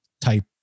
type